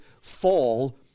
fall